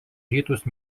rytus